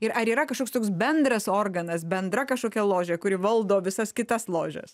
ir ar yra kažkoks toks bendras organas bendra kažkokia ložė kuri valdo visas kitas ložes